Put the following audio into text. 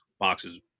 boxes